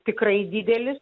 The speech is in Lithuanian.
tikrai didelis